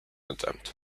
attempt